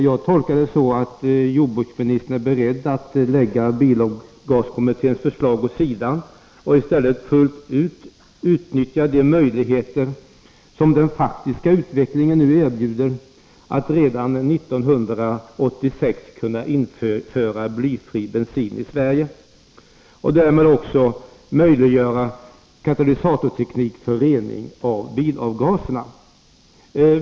Jag tolkar det så att jordbruksministern är beredd att lägga bilavgaskommitténs förslag åt sidan och i stället fullt ut utnyttja de möjligheter som den faktiska utvecklingen nu erbjuder att redan år 1986 kunna införa blyfri bensin i Sverige och därmed också möjliggöra katalysatorteknik för rening av bilavgaserna.